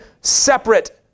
separate